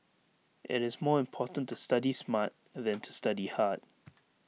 IT is more important to study smart than to study hard